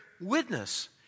witness